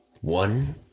One